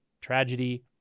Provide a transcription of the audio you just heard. tragedy